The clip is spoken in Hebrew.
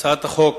הצעת החוק